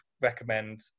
recommend